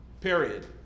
period